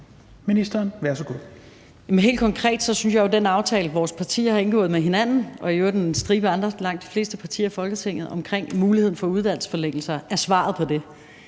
Helt konkret synes jeg jo, at den aftale, vores partier har indgået med hinanden og i øvrigt med langt de fleste partier i Folketinget, om muligheden for uddannelsesforlængelser er svaret på det.